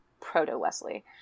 proto-Wesley